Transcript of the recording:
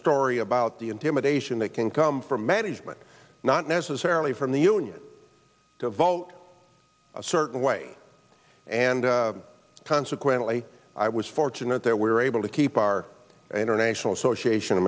story about the intimidation that can come from management not necessarily from the unions to vote a certain way and consequently i was fortunate that we were able to keep our international association